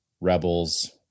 rebels